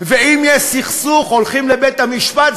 ואם יש סכסוך הולכים לבית-המשפט,